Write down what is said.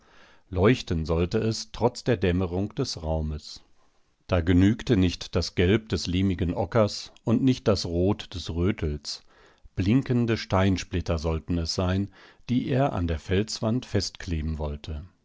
leuchten sollte es trotz der dämmerung des raumes da genügte nicht das gelb des lehmigen ockers und nicht das rot des rötels blinkende steinsplitter sollten es sein die er an der felswand festkleben wollte